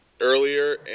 earlier